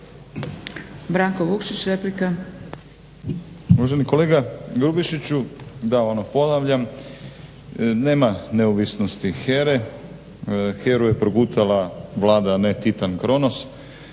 Branko Vukšić replika.